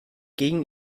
gegen